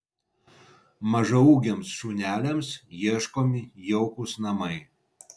mažaūgiams šuneliams ieškomi jaukūs namai